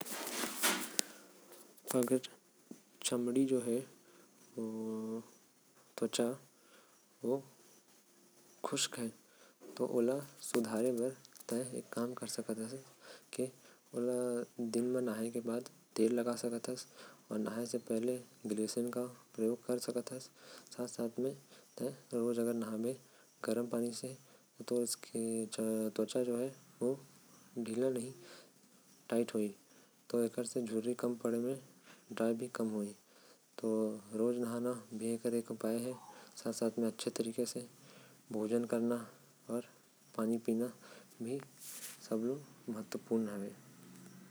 अगर चमड़ी जो है त्वचा अगर खुरदुरा हे। त तय नहाए के बाद ओमा तेल लगा सकत हस आऊ। जिलेसरीन लगा सकत हस। जब तै गरम पानी से नहाबे तो तोर। त्वचा सख्त होही अउ झुर्री कम पड़ही।